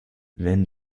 wenn